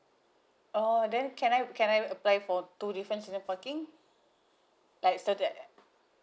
oh then can I can I apply for two different season parking like so that